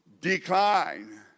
decline